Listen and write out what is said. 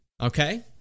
Okay